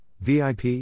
VIP